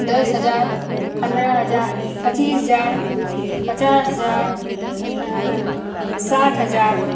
दस हज़ार पन्द्रह हज़अर पचीस हज़ार पचास हज़ार साठ हज़ार